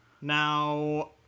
Now